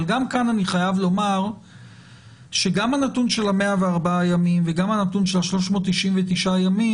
אבל גם כאן אני חייב לומר שגם הנתון של 104 ימים וגם הנתון של 399 ימים,